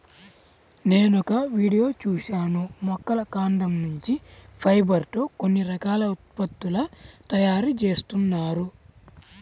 నేనొక వీడియో చూశాను మొక్కల కాండం నుంచి ఫైబర్ తో కొన్ని రకాల ఉత్పత్తుల తయారీ జేత్తన్నారు